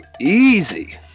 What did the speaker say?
easy